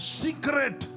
secret